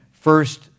first